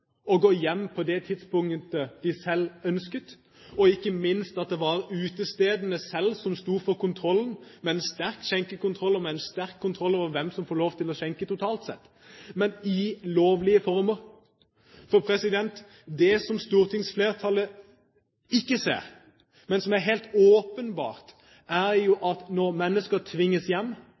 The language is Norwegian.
å gå hjem på det tidspunktet de selv ønsket, og ikke minst at det var utestedene selv som sto for kontrollen – med en sterk skjenkekontroll og med en sterk kontroll av hvem som totalt sett får lov til å skjenke, men i lovlige former. Det som stortingsflertallet ikke ser, men som er helt åpenbart, er at når mennesker tvinges hjem,